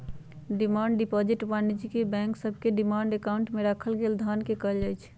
demand deposit वाणिज्यिक bank सभके demand account में राखल गेल धन के कहल जाइ छै